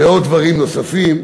ודברים נוספים.